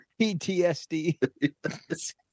PTSD